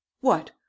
What